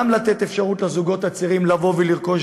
גם לתת אפשרות לזוגות הצעירים לבוא ולרכוש